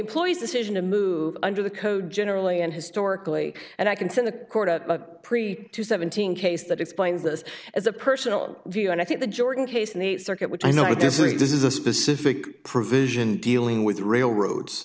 employees decision to move under the code generally and historically and i concede the court a pre to seventeen case that explains this as a personal view and i think the jordan case in the circuit which i know this is a specific provision dealing with railroads